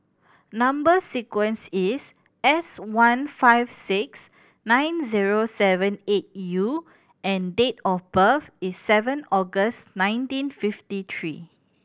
number sequence is S one five six nine zero seven eight U and date of birth is seven August nineteen fifty three